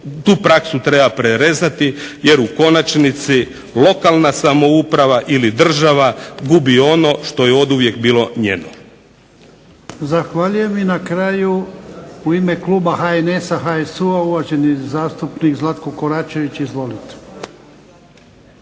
tu praksu treba prerezati jer u konačnici lokalna samouprava ili država gubi ono što je oduvijek bilo njeno. **Jarnjak, Ivan (HDZ)** Zahvaljujem. I na kraju u ime Kluba HNS HSU-a uvaženi zastupnik Zlatko Koračević. Izvolite.